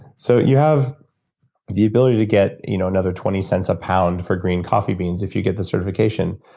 so you have the ability to get you know another twenty cents a pound for green coffee beans if you get the certification.